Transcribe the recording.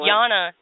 Yana